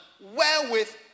Wherewith